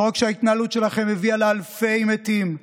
לא רק שההתנהלות שלכם הביאה לאלפי מתים,